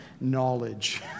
Knowledge